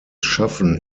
schaffen